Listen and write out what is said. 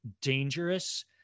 dangerous